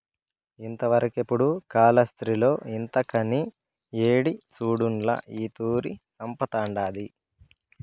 ఇంతవరకెపుడూ కాలాస్త్రిలో ఇంతకని యేడి సూసుండ్ల ఈ తూరి సంపతండాది